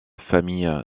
famille